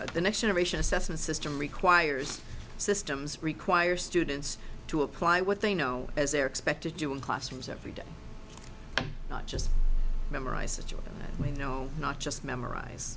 the next generation assessment system requires systems require students to apply what they know as they are expected to in classrooms every day not just the children we know not just memorize